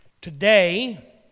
Today